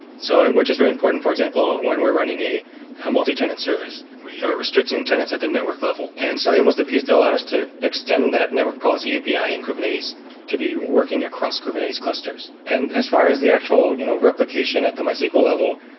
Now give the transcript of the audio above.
so and which is very important for example when we're running a ah multitenant service. we are restricting tenants at the network level and cilium was the piece that allowed us to extend that network policy api in kubernetes to be working across kubernetes clusters. and as far as the actual you know replication at the mysql level,